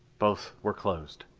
both were closed.